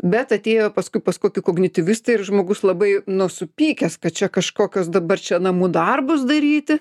bet atėjo paskui pas kokį kognityvistą ir žmogus labai nu supykęs kad čia kažkokios dabar čia namų darbus daryti